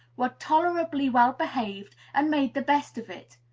were tolerably well behaved, and made the best of it.